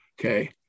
Okay